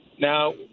now